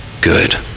good